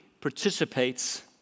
participates